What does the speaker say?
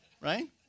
Right